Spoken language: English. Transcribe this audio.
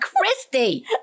Christy